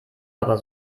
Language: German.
aber